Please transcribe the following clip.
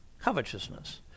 Covetousness